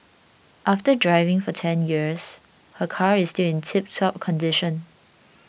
after driving for ten years her car is still in tiptop condition